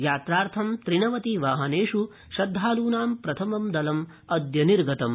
यात्रार्थं त्रिनवति वाहनेष् श्रद्धालूनां प्रथमं दलं निर्गतम्